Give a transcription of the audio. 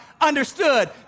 understood